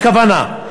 הכוונה,